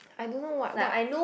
I don't know what what